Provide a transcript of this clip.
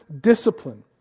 discipline